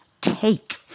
take